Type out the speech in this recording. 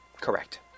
correct